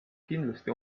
kindlasti